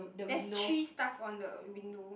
there's three stuff on the window